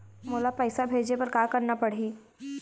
मोला पैसा भेजे बर का करना पड़ही?